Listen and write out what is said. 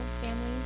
family